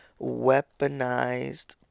Weaponized